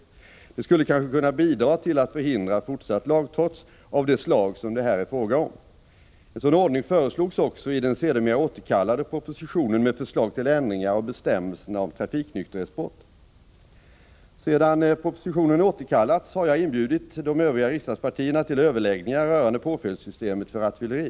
Detta skulle kanske kunna bidra till att förhindra fortsatt lagtrots av det slag som det här är fråga om. En sådan ordning föreslogs också iden sedermera återkallade propositionen med förslag till ändringar av bestämmelserna om trafiknykterhetsbrott. Sedan propositionen återkallats har jag inbjudit de övriga riksdagspartierna till överläggningar rörande påföljdssystemet för rattfylleri.